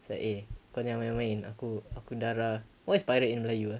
it's like eh kau jangan main main aku aku darah what is pirate in melayu ah